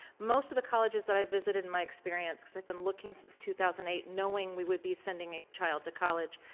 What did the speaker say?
most of the colleges that i visited in my experience, because i've been looking since two thousand and eight knowing we would be sending a child to college,